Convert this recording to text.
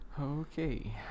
okay